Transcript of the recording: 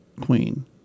queen